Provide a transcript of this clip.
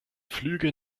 flüge